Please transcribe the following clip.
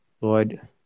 Lord